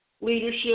leadership